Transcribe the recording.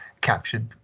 captured